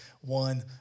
one